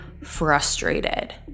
frustrated